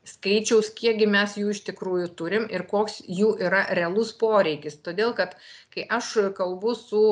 skaičiaus kiekgi mes jų iš tikrųjų turim ir koks jų yra realus poreikis todėl kad kai aš kalbu su